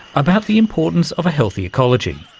about the importance of a healthy ecology.